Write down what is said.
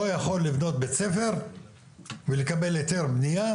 יכול לבנות בית ספר ולקבל היתר בנייה,